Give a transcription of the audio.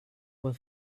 were